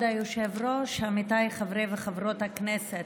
כבוד היושב-ראש, עמיתיי חברי וחברות הכנסת,